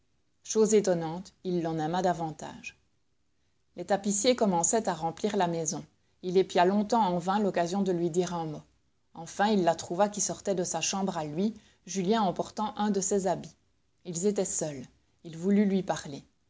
chose étonnante il l'en aima davantage les tapissiers commençaient à remplir la maison il épia longtemps en vain l'occasion de lui dire un mot enfin il la trouva qui sortait de sa chambre à lui julien emportant un de ses habits ils étaient seuls il voulut lui parler